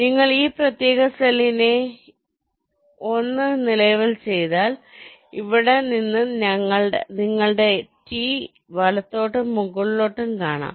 നിങ്ങൾ ഈ പ്രത്യേക സെല്ലിനെ 1 എന്ന് ലേബൽ ചെയ്താൽ ഇവിടെ നിന്ന് നിങ്ങളുടെ T വലത്തോട്ടും മുകളിലോട്ടും കാണാം